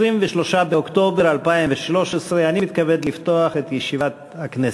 2013. אני מתכבד לפתוח את ישיבת הכנסת.